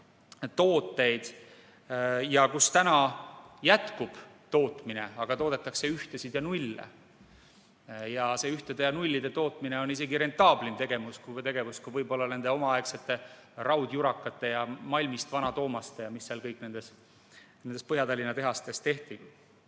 aga toodetakse ühtesid ja nulle. Ja see ühtede ja nullide tootmine on isegi rentaablim tegevus kui nende omaaegsete raudjurakate ja malmist Vanade Toomaste tootmine ja mida kõike nendes Põhja-Tallinna tehastes ka ei